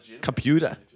Computer